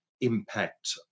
Impact